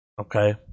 okay